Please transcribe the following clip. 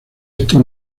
esto